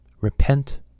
Repent